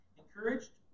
encouraged